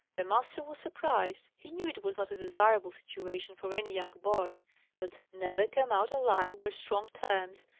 the master was surprised. he knew it was not a desirable situation for any young boy but never come out alive were strong terms.